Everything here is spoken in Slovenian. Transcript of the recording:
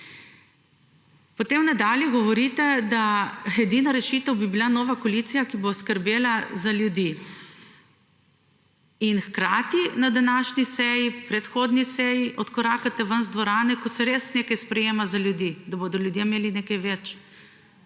Potem nadalje, govorite, da edina rešitev bi bila nova koalicija, ki bo skrbela za ljudi in hkrati, na današnji seji, predhodni seji, odkorakate ven iz dvorane, ko se res nekaj sprejema za ljudi, da bodo ljudje imeli nekaj več